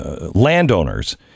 landowners